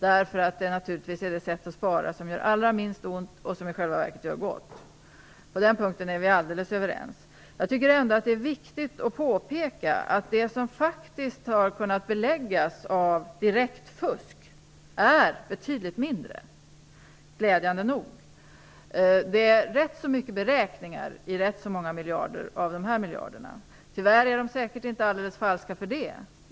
Det är naturligtvis det sätt att spara som gör allra minst ont och som i själva verket gör gott. På den punkten är vi alldeles överens. Jag tycker ändå att det är viktigt att påpeka att det direkta fusk som faktiskt har kunnat beläggas uppgår till betydligt mindre belopp - glädjande nog. Det är fråga om rätt så mycket beräkningar och rätt så många miljarder av dessa miljarder. Tyvärr är beräkningarna inte alldeles falska för det.